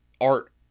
art